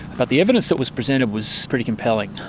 but the evidence that was presented was pretty compelling.